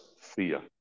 fear